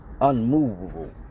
unmovable